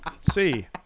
See